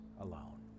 alone